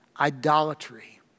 idolatry